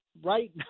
right